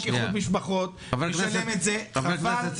איחוד משפחות ואז יקדמו את מתן הפיצויים.